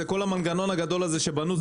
זה כל המנגנון הגדול הזה שבנו.